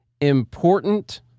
important